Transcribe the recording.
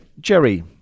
Jerry